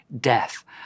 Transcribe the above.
death